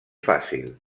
fàcil